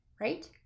right